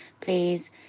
please